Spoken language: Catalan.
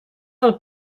del